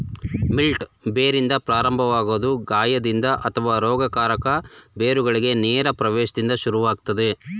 wilt ಬೇರಿಂದ ಪ್ರಾರಂಭವಾಗೊದು ಗಾಯದಿಂದ ಅಥವಾ ರೋಗಕಾರಕ ಬೇರುಗಳಿಗೆ ನೇರ ಪ್ರವೇಶ್ದಿಂದ ಶುರುವಾಗ್ತದೆ